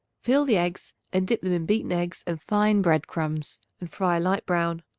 fill the eggs and dip them in beaten eggs and fine bread-crumbs and fry a light brown.